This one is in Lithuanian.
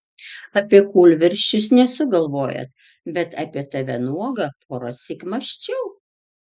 apie kūlvirsčius nesu galvojęs bet apie tave nuogą porąsyk mąsčiau